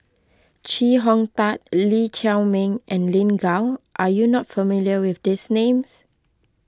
Chee Hong Tat Lee Chiaw Meng and Lin Gao are you not familiar with these names